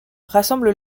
rassemble